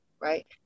right